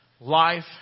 Life